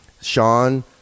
Sean